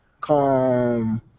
calm